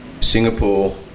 Singapore